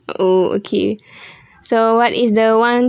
oh okay so what is the one